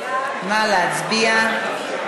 נא להצביע.